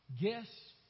guess